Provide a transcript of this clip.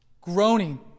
groaning